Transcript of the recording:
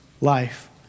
life